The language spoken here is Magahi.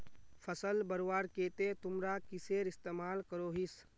फसल बढ़वार केते तुमरा किसेर इस्तेमाल करोहिस?